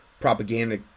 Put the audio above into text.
propaganda